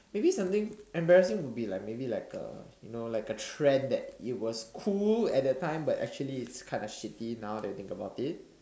maybe something embarrassing would be like maybe like a you know like a trend that it was cool at that time but actually it's kind of shitty now that you think about it